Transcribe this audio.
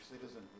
citizen